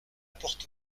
porte